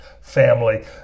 family